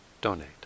donate